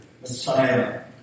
Messiah